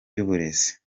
ry’uburezi